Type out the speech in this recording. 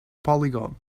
polygon